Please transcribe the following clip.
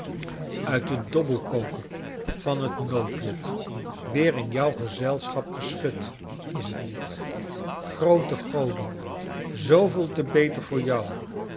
uit den dobbelkoker van het noodlot weer in jouw gezelschap geschud is t niet groote godenl zooveel te beter voor jou